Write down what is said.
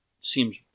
seems